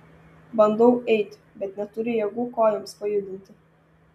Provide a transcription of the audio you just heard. bandau eiti bet neturiu jėgų kojoms pajudinti